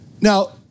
Now